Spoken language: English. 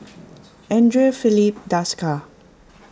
andre Filipe Desker